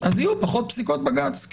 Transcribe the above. אז יהיו פחות פסיקות בג"ץ.